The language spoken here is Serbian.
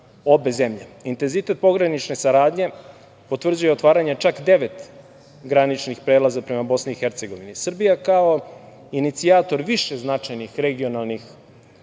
zemlje. Intenzitet pogranične saradnje potvrđuje otvaranje čak devet graničnih prelaza prema BiH. Srbija kao inicijator više značajnih regionalnih